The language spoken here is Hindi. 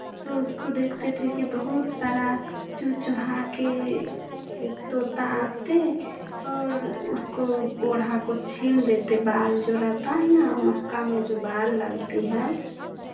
तो उसको देखते थे कि बहुत सारा चुहचुहा के एक तोता आ के और उसको ओढ़ा को छील देते बाल जो रहता है ना मक्का में जो बाल लगती है